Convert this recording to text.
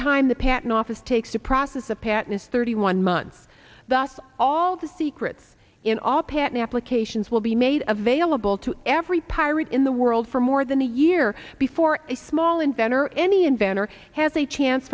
time the patent office takes the process of patmos thirty one months thus all the secrets in all patent applications will be made available to every pirate in the world for more than a year before a small inventor any inventor has a chance